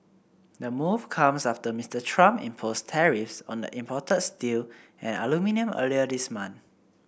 the move comes after Mister Trump imposed tariffs on the imported steel and aluminium earlier this month